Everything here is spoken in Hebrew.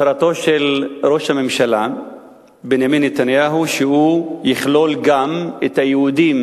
הצהרתו של ראש הממשלה בנימין נתניהו שהוא יכלול גם את היהודים